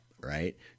right